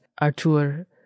Arthur